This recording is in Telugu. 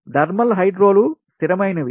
థర్మల్ హైడ్రోలు స్థిరమైనవి